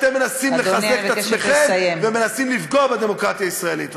אתם מנסים לחזק את עצמכם ומנסים לפגוע בדמוקרטיה הישראלית.